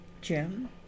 Jim